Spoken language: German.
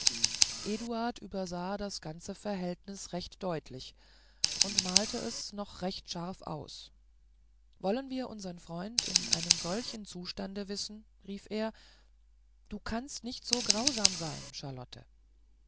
eduard übersah das ganze verhältnis recht deutlich und malte es noch recht scharf aus wollen wir unsern freund in einem solchen zustande wissen rief er du kannst nicht so grausam sein